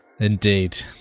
Indeed